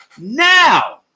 Now